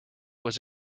was